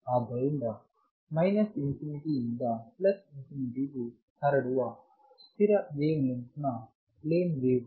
ಆದ್ದರಿಂದ minus infinity ಇಂದ plus infinity infinity ಗೆ ಹರಡುವ ಸ್ಥಿರ ವೇವ್ ಲೆಂತ್ ನ ಪ್ಲೇನ್ ವೇವ್